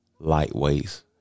Lightweights